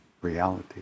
reality